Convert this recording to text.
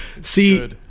See